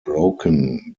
broken